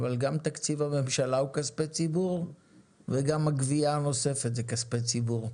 אבל גם תקציב הממשלה הוא כספי ציבור וגם הגבייה הנוספת זה כספי ציבור.